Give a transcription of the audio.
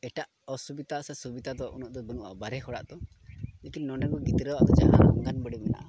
ᱮᱴᱟᱜ ᱚᱥᱩᱵᱤᱛᱟ ᱥᱮ ᱥᱩᱵᱤᱛᱟ ᱫᱚ ᱩᱱᱟᱹᱜ ᱫᱚ ᱵᱟᱹᱱᱩᱜᱼᱟ ᱵᱟᱨᱦᱮ ᱦᱚᱲᱟᱜ ᱫᱚ ᱞᱮᱠᱷᱤᱱ ᱱᱚᱰᱮᱢᱟ ᱜᱤᱫᱽᱨᱟᱹᱣᱟᱜ ᱡᱟᱦᱟᱸ ᱚᱝᱜᱚᱱᱚᱣᱟᱲᱤ ᱢᱮᱱᱟᱜᱼᱟ